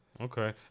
Okay